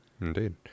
Indeed